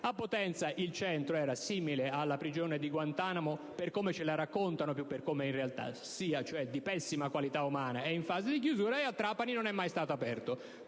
a Potenza, il centro, simile alla prigione di Guantanamo, per come ce la raccontano (più che per come in realtà sia), cioè di pessima qualità umana, è in fase di chiusura, a Trapani non è mai stato aperto.